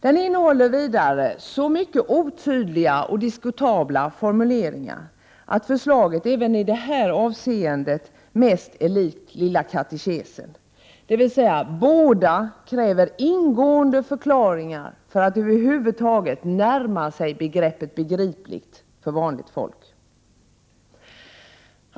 Den innehåller vidare så mycket otydliga och diskutabla formuleringar att förslaget även i det avseendet uppvisar stora likheter med lilla katekesen. Dvs. båda kräver ingående förklaringar för att över huvud taget närma sig begreppet begripligt för vanligt folk.